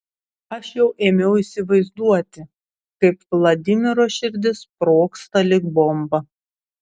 aš jau ėmiau įsivaizduoti kaip vladimiro širdis sprogsta lyg bomba